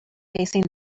facing